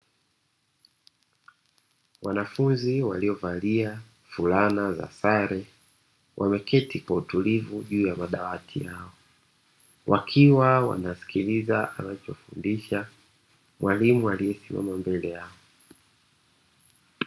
Wanafunzi waliovalia fulana za sare, wameketi kwa utulivu juu ya madawati yao wakiwa wanasikiliza anachofundisha mwalimu aliyesimama mbele yao.